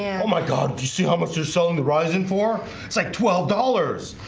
yeah oh my god do you see how much they're selling the rising for it's like twelve dollars.